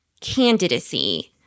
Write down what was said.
candidacy